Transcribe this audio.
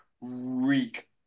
reek